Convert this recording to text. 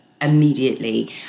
immediately